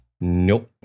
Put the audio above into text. nope